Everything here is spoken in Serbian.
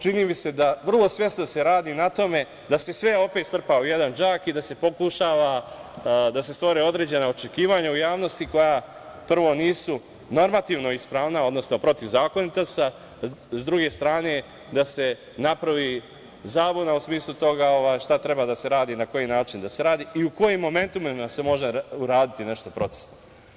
Čini mi se da se vrlo svesno radi na tome da se sve opet strpa u jedan džak i da se pokušava da se stvore određena očekivanja u javnosti koja, prvo, nisu normativno ispravna, odnosno protivzakonita su, a sa druge strane da se napravi zabuna u smislu toga šta treba da se radi, na koji način da se radi i u kojim momentima se može uraditi nešto procesno.